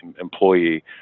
employee